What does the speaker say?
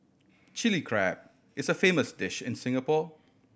Chilli Crab is a famous dish in Singapore